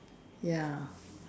ya